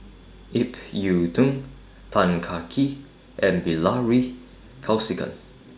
Ip Yiu Tung Tan Kah Kee and Bilahari Kausikan